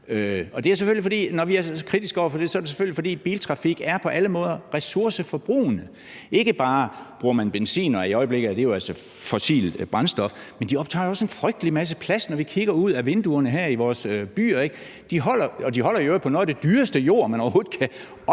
Når vi er så kritiske over for det, er det selvfølgelig, fordi biltrafik på alle måder er ressourceforbrugende. Ikke bare bruger man benzin – og i øjeblikket er det jo altså et fossilt brændstof – men bilerne optager også en frygtelig masse plads. Det kan vi se, når vi kigger ud ad vinduerne i vores byer. Og de holder i øvrigt på noget af den dyreste jord, man overhovedet kan opdrive